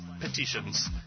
petitions